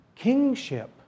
kingship